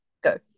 Go